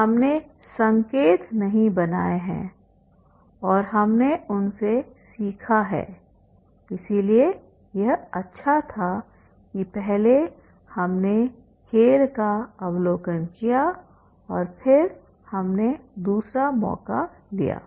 हमने संकेत नहीं बनाए हैं और हमने उनसे सीखा है इसलिए यह अच्छा था कि पहले हमने खेल का अवलोकन किया और फिर हमने दूसरा मौका लिया